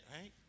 right